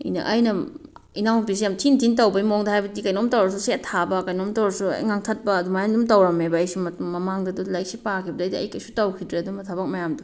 ꯑꯩꯅ ꯏꯅꯥꯎ ꯅꯨꯄꯤꯁꯦ ꯌꯥꯝ ꯊꯤ ꯊꯤꯅ ꯇꯧꯕꯒꯤ ꯃꯑꯣꯡꯗ ꯍꯥꯏꯕꯗꯤ ꯀꯩꯅꯣꯝ ꯇꯧꯔꯁꯨ ꯁꯦꯠ ꯊꯥꯕ ꯀꯩꯅꯣꯝ ꯇꯧꯔꯁꯨ ꯍꯦꯛ ꯉꯥꯡꯊꯠꯄ ꯑꯗꯨꯃꯥꯏꯅ ꯗꯨꯝ ꯇꯧꯔꯝꯃꯦꯕ ꯑꯩꯁꯨ ꯃꯃꯥꯡꯗ ꯗꯣ ꯂꯥꯏꯔꯤꯛꯁꯦ ꯄꯥꯈꯤꯕꯗꯒꯤꯗꯤ ꯑꯩ ꯀꯩꯁꯨ ꯇꯧꯈꯤꯗ꯭ꯔꯦ ꯑꯗꯨꯝꯕ ꯊꯕꯛ ꯃꯌꯥꯝꯗꯣ